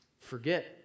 forget